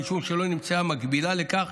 משום שלא נמצאה מקבילה לכך